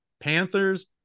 Panthers